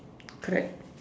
correct